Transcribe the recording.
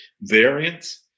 variants